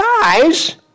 Guys